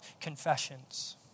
confessions